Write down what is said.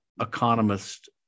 economist